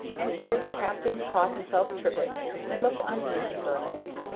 and here the captain caught himself tripping, and looked uneasy for a minute.